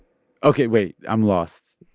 ok, wait. i'm lost.